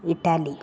Italy